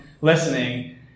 listening